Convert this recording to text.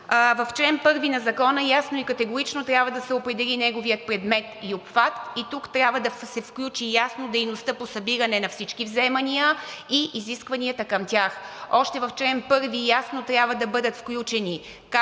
В чл. 1 на Закона ясно и категорично трябва да се определи неговият предмет и обхват и тук трябва да се включи ясно дейността по събиране на всички вземания и изискванията към тях. Още в чл. 1 ясно трябва да бъдат включени